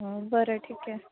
हं बरं ठीक आहे